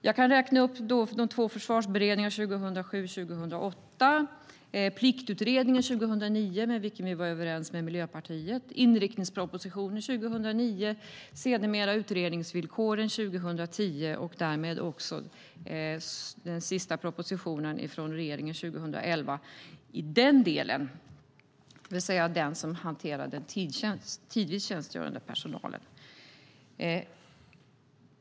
Jag kan räkna upp de två försvarsberedningarna 2007 och 2008, Pliktutredningen 2009, med vilken vi var överens med Miljöpartiet, inriktningspropositionen 2009, sedermera utredningsvillkoren 2010 och därmed den sista propositionen från regeringen 2011 i den delen, det vill säga den del som hanterar tidvis tjänstgörande personal.